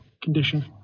condition